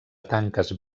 tanques